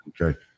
Okay